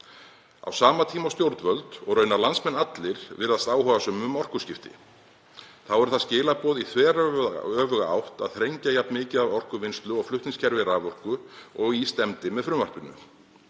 Á sama tíma og stjórnvöld, og raunar landsmenn allir, virðast áhugasöm um orkuskipti, þá eru það skilaboð í þveröfuga átt að þrengja jafn mikið að orkuvinnslu og flutningskerfi raforku og í stefndi með frumvarpinu.